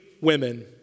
women